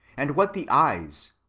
and what the eyes,